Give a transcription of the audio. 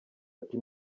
ati